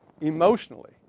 emotionally